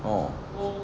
orh